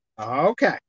Okay